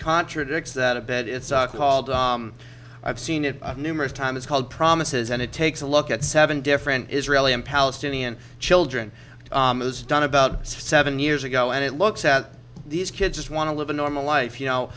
contradicts that a bit it's called i've seen it numerous times it's called promises and it takes a look at seven different israeli and palestinian children was done about seven years ago and it looks at these kids just want to live a normal life you know